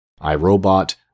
iRobot